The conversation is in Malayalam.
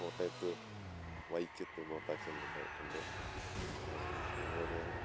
കോട്ടയത്ത് വൈക്കത്ത് ബോട്ട് ആക്സിഡൻ്റ് ഉണ്ടായിട്ടുണ്ട് അതുപോലെ